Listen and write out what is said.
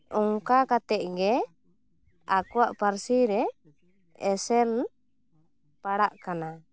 ᱚᱱᱠᱟ ᱠᱟᱛᱮᱫ ᱜᱮ ᱟᱠᱚᱣᱟᱜ ᱯᱟᱹᱨᱥᱤ ᱨᱮ ᱮᱥᱮᱨ ᱯᱟᱲᱟᱜ ᱠᱟᱱᱟ